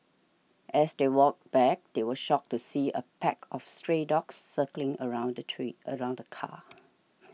as they walked back they were shocked to see a pack of stray dogs circling around the tree around the car